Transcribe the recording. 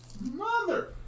Mother